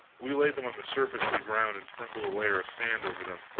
we laid them on the surface of the ground, and sprinkled a layer of sand over them.